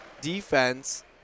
defense